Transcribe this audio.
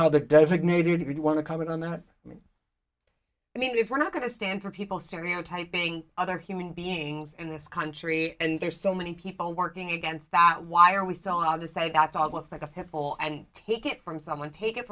how the designated you would want to comment on the mend i mean if we're not going to stand for people stereotyping other human beings in this country and there's so many people working against that why are we saw the say that dog looks like a pit bull and take it from someone take it